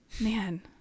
man